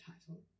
title